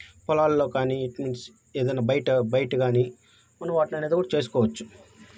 పొలాల్లో కానీ it means ఏదైనా బయట బయట కానీ మనం వాటిని అనేది కూడా చేసుకోవచ్చు